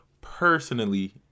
personally